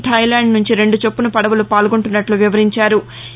Thailand నుంచి రెండు చొప్పున పడవలు పాల్గొంటున్నట్లు వివరించారు